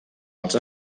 els